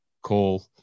call